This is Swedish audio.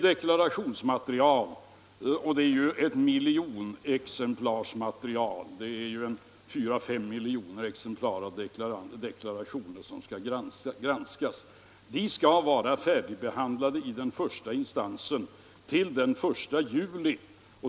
Deklarationsmaterialet — och det är ett miljonexemplarsmaterial, det är fyra fem miljoner deklarationer som skall granskas — skall vara färdigbehandlat i den första instansen till den 1 juli.